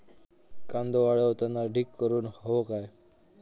कांदो वाळवताना ढीग करून हवो काय?